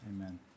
Amen